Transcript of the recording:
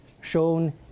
shown